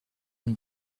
and